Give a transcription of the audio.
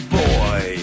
boy